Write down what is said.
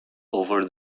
over